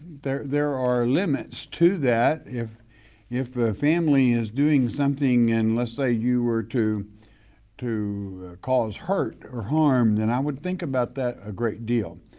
there there are limits to that, if if a family is doing something and let's say you were to to cause hurt or harm, then i would think about that a great deal.